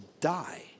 die